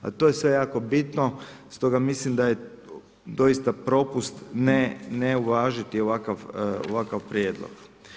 A to je sve jako bitno, stoga mislim da je doista propust ne uvažiti ovakav prijedlog.